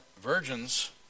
virgins